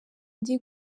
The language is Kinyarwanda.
ndi